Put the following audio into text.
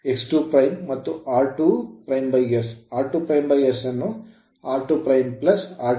ಇದು Vth rth ಮತ್ತು xth ಮತ್ತು rotor ಬದಿ ರೋಟರ್ x2 ಮತ್ತು r2s